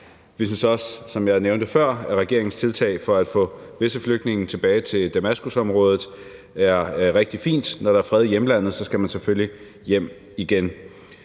nævnte før, at regeringens tiltag for at få visse flygtninge tilbage til Damaskusområdet er rigtig fint; når der er fred i hjemlandet, skal man selvfølgelig hjem igen.